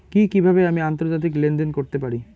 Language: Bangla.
কি কিভাবে আমি আন্তর্জাতিক লেনদেন করতে পারি?